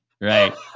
Right